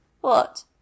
What